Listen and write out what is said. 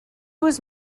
was